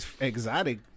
Exotic